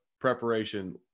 preparation